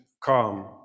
calm